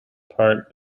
part